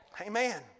Amen